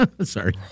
Sorry